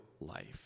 life